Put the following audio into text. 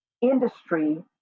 industry